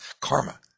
karma